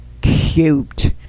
cute